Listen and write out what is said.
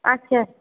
আচ্ছা